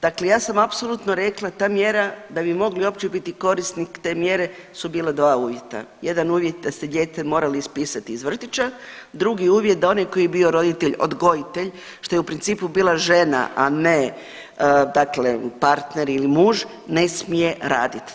Dakle ja sam apsolutno rekla, ta mjera da bi mogli uopće biti korisnik te mjere su bila 2 uvjeta, jedan uvjet da se dijete moralo ispisati iz vrtića, drugi uvjet, da onaj koji je bio roditelj odgojitelj, što je u principu bila žena, a ne dakle partner ili muž, ne smije raditi.